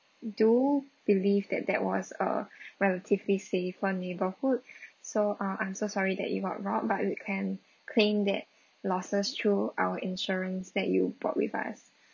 do believe that that was a relatively safer neighbourhood so uh I'm so sorry that you are robbed but you can claim that losses through our insurance that you bought with us